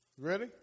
Ready